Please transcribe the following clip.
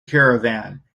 caravan